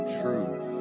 truth